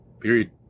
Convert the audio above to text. Period